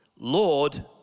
Lord